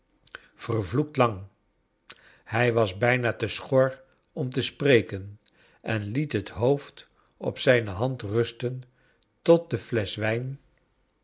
vervloekt lang hij was bijna te schor om te spreken en liet het hoofd op zijne hand rustcn tot de flesch wijn